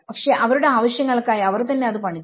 പക്ഷേ അവരുടെ ആവശ്യങ്ങൾക്കായി അവർ തന്നെ അത് പണിതു